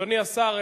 אדוני השר,